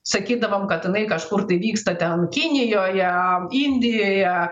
sakydavom kad jinai kažkur tai vyksta ten kinijoje indijoje